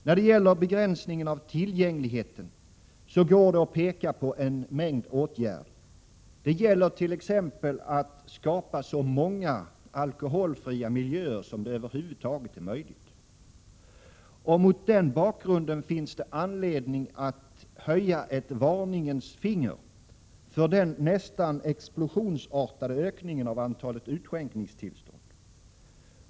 När det gäller begränsningen av tillgängligheten går det att peka på många åtgärder. Det gäller t.ex. att skapa så många alkoholfria miljöer som det över huvud taget är möjligt. Mot denna bakgrund finns det anledning att höja ett varningens finger för den nästan explosionsartade ökningen av antalet utskänkningstillstånd.